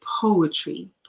poetry